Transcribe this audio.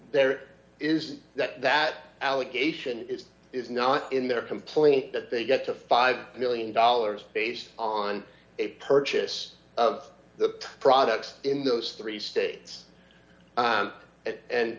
there is that that allegation is it's not in their complaint that they get to five million dollars based on a purchase of the products in those three states